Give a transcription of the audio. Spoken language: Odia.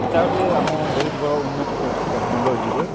ହେଟା ଗୋଟେ ଆମ ବହୁତ ବଡ଼ ଉନ୍ନତି କରିଛି ଟେକ୍ନୋଲୋଜିରେ